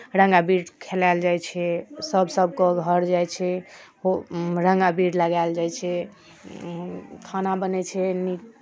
रङ्ग अबीर खेलायल जाइ छै सभ सभके घर जाइ छै ओ रङ्ग अबीर लगायल जाइ छै खाना बनै छै नीक